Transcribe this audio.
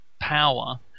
power